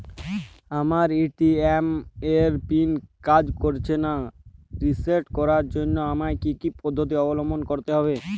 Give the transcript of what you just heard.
আমার এ.টি.এম এর পিন কাজ করছে না রিসেট করার জন্য আমায় কী কী পদ্ধতি অবলম্বন করতে হবে?